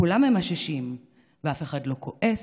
כולם ממששים ואף אחד לא כועס,